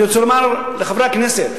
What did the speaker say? אני רוצה לומר לחברי הכנסת: